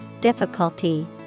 difficulty